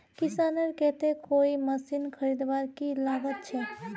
किसानेर केते कोई मशीन खरीदवार की लागत छे?